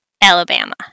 Alabama